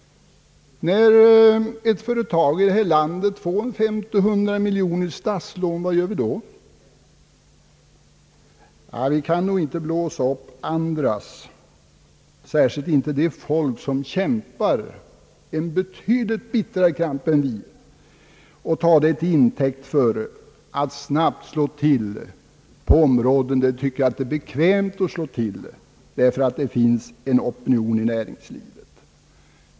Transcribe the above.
När ett företag här i landet får ett statslån på 50 eller 100 miljoner kronor, vad gör vi då? Vi kan nog inte blåsa upp andras handlingar, särskilt inte sådana av det folk som kämpar en betydligt bittrare kamp än vårt och ta detta till intäkt för att snabbt slå till på områden, där vi tycker att det är bekvämt att slå till därför att det finns en opinion i näringslivet.